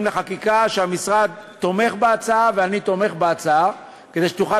לחקיקה שהמשרד תומך בהצעה ואני תומך בהצעה כדי שתוכל